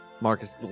Marcus